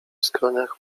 skroniach